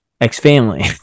ex-family